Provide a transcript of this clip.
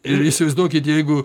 ir įsivaizduokit jeigu